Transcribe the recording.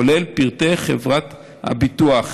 כולל פרטי חברת הביטוח,